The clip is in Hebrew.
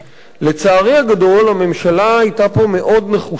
לצערי הגדול, הממשלה היתה פה מאוד נחושה,